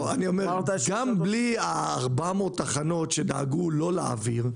גם בלי 400 התחנות שדאגו לא להעביר,